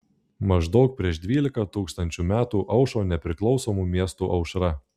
maždaug prieš dvylika tūkstančių metų aušo nepriklausomų miestų aušra